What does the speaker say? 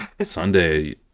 Sunday